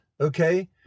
Okay